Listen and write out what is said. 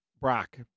Brock